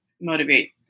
motivate